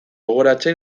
gogoratzen